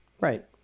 Right